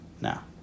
Now